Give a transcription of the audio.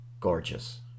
gorgeous